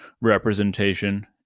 representation